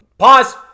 Pause